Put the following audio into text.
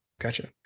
Gotcha